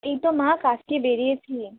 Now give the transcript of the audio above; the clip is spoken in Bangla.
এই তো মা কাজ দিয়ে বেরিয়েছি